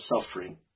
suffering